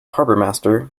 harbourmaster